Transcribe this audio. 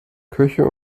köche